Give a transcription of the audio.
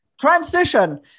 transition